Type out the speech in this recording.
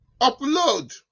Upload